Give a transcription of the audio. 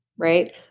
Right